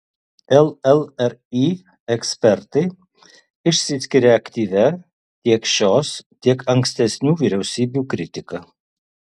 llri ekspertai išsiskiria aktyvia tiek šios tiek ankstesnių vyriausybių kritika